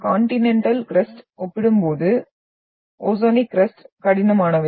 continental crust ஒப்பிடும்போது oceanic crust கனமானவை